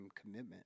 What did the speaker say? commitment